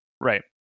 Right